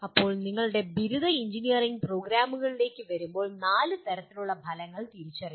ഇപ്പോൾ ഞങ്ങളുടെ ബിരുദ എഞ്ചിനീയറിംഗ് പ്രോഗ്രാമുകളിലേക്ക് വരുമ്പോൾ നാല് തലത്തിലുള്ള ഫലങ്ങൾ തിരിച്ചറിഞ്ഞു